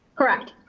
correct.